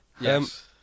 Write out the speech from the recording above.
Yes